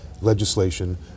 legislation